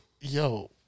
yo